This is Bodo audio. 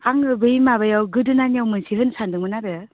आङो बै माबायाव गोदोनानियाव मोनसे होनो सान्दोंमोन आरो